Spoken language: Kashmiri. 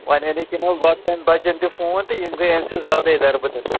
وۄنۍ أنِکھ یِمَن لۄکٹٮ۪ن بَچَن تہِ فون تہٕ یِم گٔے اَمہِ سۭتۍ زیادَے دَربٕدَر